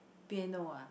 piano ah